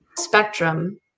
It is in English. spectrum